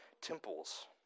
temples